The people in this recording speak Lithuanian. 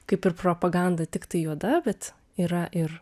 kaip ir propaganda tiktai juoda bet yra ir